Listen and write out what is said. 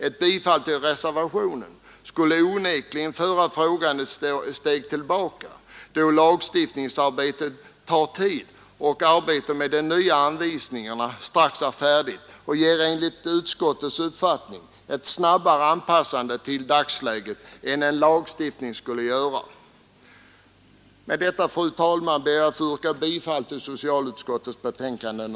Ett bifall till reservationen skulle onekligen föra frågan ett steg tillbaka, eftersom lagstiftningsarbetet tar tid. Arbetet med nya anvisningar är strax färdigt. Enligt utskottets uppfattning åstadkom mes genom dem ett snabbare anpassande till dagsläget än genom en lagstiftning. Med detta ber jag, fru talman, att få yrka bifall till utskottets hemställan.